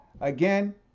again